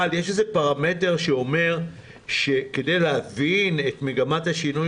אבל יש איזה פרמטר שאומר שכדי להבין את מגמת השינוי